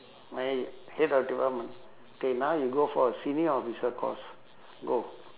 my head of department K now you go for senior officer course go